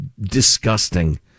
disgusting